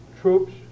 troops